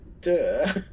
duh